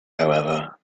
however